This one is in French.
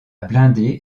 blindée